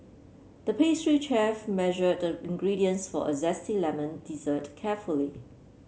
the pastry chef measured the ingredients for a zesty lemon dessert carefully